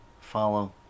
follow